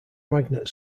magnet